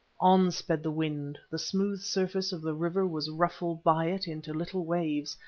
on sped the wind the smooth surface of the river was ruffled by it into little waves,